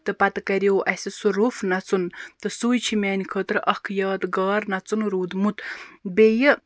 تہٕ پَتہٕ کَریو اَسہِ سُہ روٚف نَژُن تہٕ سُے چھُ میٛانہِ خٲطرٕ اکھ یادگار نَژُن روٗدمُت بیٚیہِ